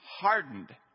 hardened